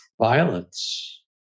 violence